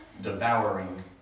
devouring